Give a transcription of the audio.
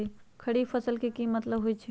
खरीफ फसल के की मतलब होइ छइ?